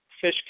fish